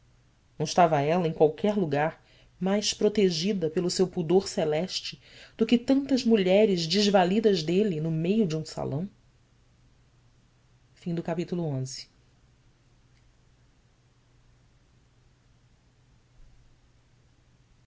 não estava ela em qualquer lugar mais protegida pelo seu pudor celeste do que tantas mulheres desvalidas dele no meio de um salão era